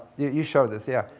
you showed this, yeah,